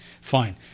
Fine